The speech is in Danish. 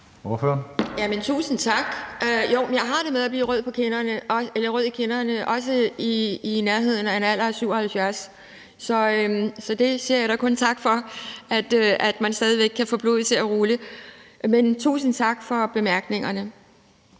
Tusind tak. Jeg har det med at blive rød i kinderne, også i nærheden af en alder af 77. Så jeg siger da kun tak for, at man stadig væk kan få blodet til at rulle. Men tusind tak for bemærkningerne.